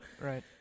right